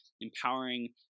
empowering